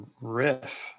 riff